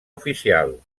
oficial